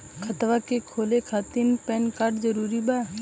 खतवा के खोले खातिर पेन कार्ड जरूरी बा?